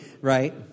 Right